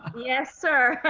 yes, sir.